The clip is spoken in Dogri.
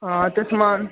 हां ते समान